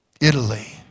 Italy